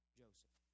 joseph